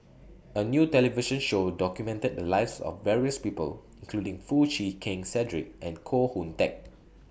A New television Show documented The Lives of various People including Foo Chee Keng Cedric and Koh Hoon Teck